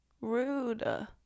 rude